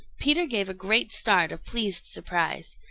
peter gave a great start of pleased surprise.